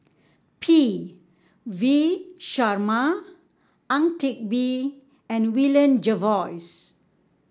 P V Sharma Ang Teck Bee and William Jervois